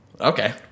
Okay